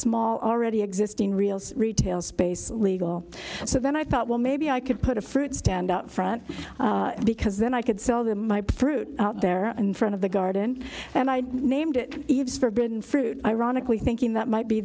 small already existing real retail space legal so then i thought well maybe i could put a fruit stand up front because then i could sell the my proof out there in front of the garden and i named it eve's forbidden fruit ironically thinking that might be